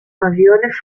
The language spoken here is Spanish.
aviones